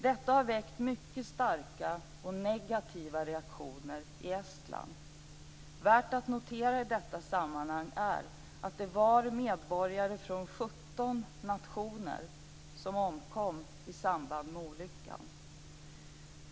Detta har väckt mycket starka och negativa reaktioner i Estland. Värt att notera i detta sammanhang är att det var medborgare från 17 nationer som omkom i samband med olyckan.